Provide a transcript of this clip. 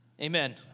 Amen